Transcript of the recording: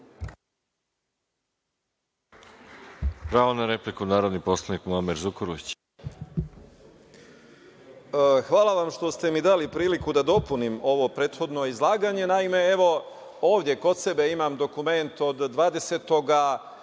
Hvala vam što ste mi dali priliku da dopunim ovo prethodno izlaganje. Naime, evo ovde kod sebe imam dokument od 20.